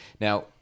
Now